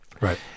Right